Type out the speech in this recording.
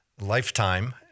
lifetime